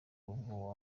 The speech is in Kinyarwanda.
ubwo